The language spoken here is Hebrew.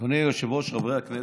אדוני היושב-ראש, חברי הכנסת,